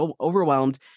overwhelmed